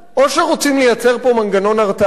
או שרוצים לייצר פה מנגנון הרתעה,